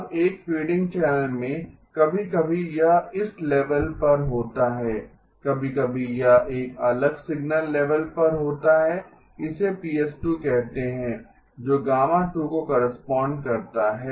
अब एक fading channel में कभी कभी यह इस लेवल पर होता है कभी कभी यह एक अलग सिग्नल लेवल पर होता है इसे Ps2 कहते हैं जो γ2 को करेस्पॉन्ड करता है